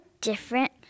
different